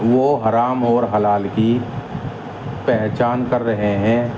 وہ حرام اور حلال کی پہچان کر رہے ہیں